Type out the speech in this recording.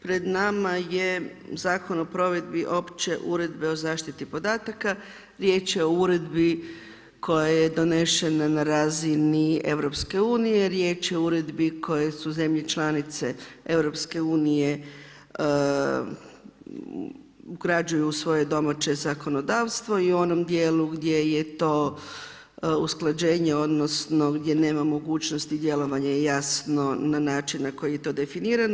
Pred nama je Zakon o provedbi opće uredbe o zaštiti podataka, riječ je o uredbi koja je donešena na razini EU i riječ je o uredbi koje su zemlje članice EU ugrađuju u svoje domaće zakonodavstvo i u onom dijelu gdje je to usklađenje odnosno gdje nema mogućnosti djelovanja jasno na na način na koji je to definirano.